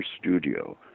studio